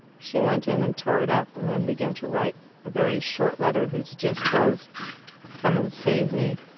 she went in and tore it up, and then began to write a very short letter, whose gist was come and save me.